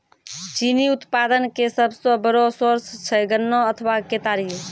चीनी उत्पादन के सबसो बड़ो सोर्स छै गन्ना अथवा केतारी